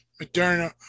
Moderna